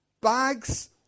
Bags